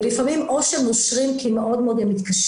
ולפעמים או שהם נושרים כי הם מאוד מאוד מתקשים,